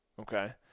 okay